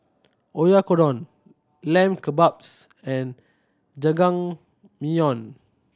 Oyakodon Lamb Kebabs and Jajangmyeon